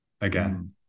again